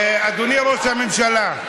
אדוני ראש הממשלה,